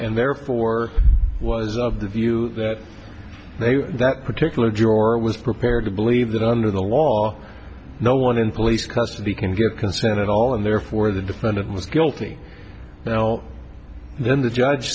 and therefore was of the view that they that particular juror was prepared to believe that under the law no one in police custody can give consent at all and therefore the defendant was guilty well then the judge